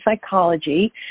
psychology